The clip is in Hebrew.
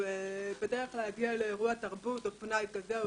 כנראה שאנחנו עדיין צריכים את המפגש הזה,